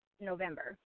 November